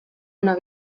una